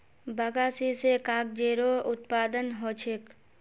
बगासी स कागजेरो उत्पादन ह छेक